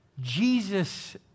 Jesus